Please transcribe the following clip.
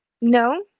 No